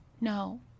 No